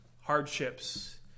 hardships